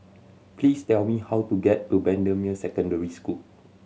please tell me how to get to Bendemeer Secondary School